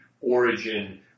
origin